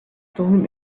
told